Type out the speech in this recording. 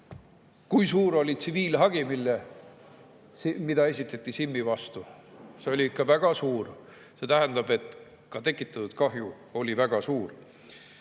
Kui suur oli tsiviilhagi, mis esitati Simmi vastu? See oli ikka väga suur, mis tähendab, et ka tekitatud kahju oli väga suur.